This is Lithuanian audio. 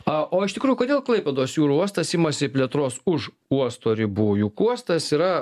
a o iš tikrųjų kodėl klaipėdos jūrų uostas imasi plėtros už uosto ribų juk uostas yra